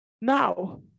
Now